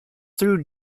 through